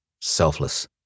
selfless